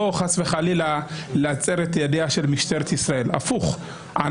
חס וחלילה להצר את ידיה של משטרת ישראל אלא הפוך.